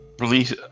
Release